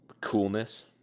coolness